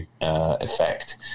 effect